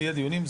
יהיה דיונים.